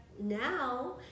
now